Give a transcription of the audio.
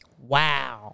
Wow